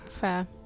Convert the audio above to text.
Fair